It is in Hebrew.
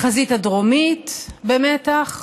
החזית הדרומית במתח,